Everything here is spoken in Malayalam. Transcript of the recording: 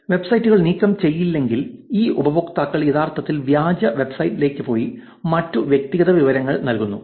വെബ്സൈറ്റുകൾ നീക്കം ചെയ്തില്ലെങ്കിൽ ഈ ഉപയോക്താക്കൾ യഥാർത്ഥത്തിൽ വ്യാജ വെബ്സൈറ്റിലേക്ക് പോയി മറ്റ് വ്യക്തിഗത വിവരങ്ങൾ നൽകുന്നു